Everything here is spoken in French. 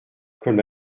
comme